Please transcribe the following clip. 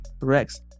Rex